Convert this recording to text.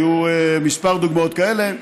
היו כמה דוגמאות כאלה,